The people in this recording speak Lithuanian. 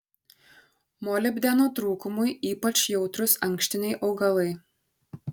molibdeno trūkumui ypač jautrūs ankštiniai augalai